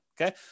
Okay